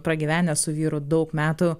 pragyvenę su vyru daug metų